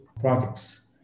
projects